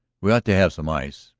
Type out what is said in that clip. we ought to have some ice,